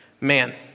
man